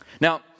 Now